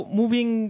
moving